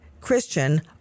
Christian